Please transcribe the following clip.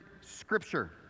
scripture